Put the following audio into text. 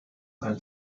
ein